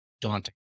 daunting